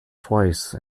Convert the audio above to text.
twice